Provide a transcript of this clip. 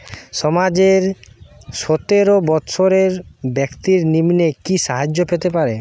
সমাজের সতেরো বৎসরের ব্যাক্তির নিম্নে কি সাহায্য পেতে পারে?